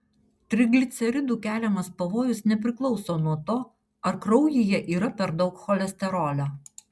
trigliceridų keliamas pavojus nepriklauso nuo to ar kraujyje yra per daug cholesterolio